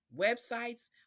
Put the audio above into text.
websites